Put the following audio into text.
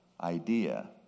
idea